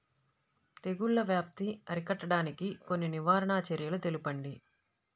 తెగుళ్ల వ్యాప్తి అరికట్టడానికి కొన్ని నివారణ చర్యలు తెలుపండి?